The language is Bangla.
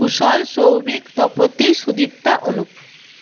কুশল সৌভিক তপতি সুদীপ্তা অনুপ